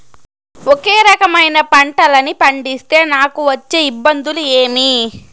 ఒకే రకమైన పంటలని పండిస్తే నాకు వచ్చే ఇబ్బందులు ఏమి?